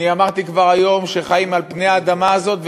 אני אמרתי כבר היום שחיים על-פני האדמה הזאת,